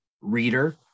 reader